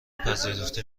پذیرفته